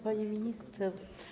Pani Minister!